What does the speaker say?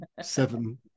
seven